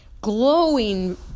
glowing